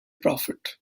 profit